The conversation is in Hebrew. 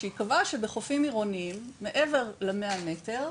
כשהיא קבעה שבחופים עירוניים מעבר ל-100 מטר,